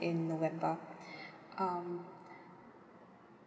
in november um